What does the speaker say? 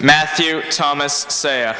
matthew thomas say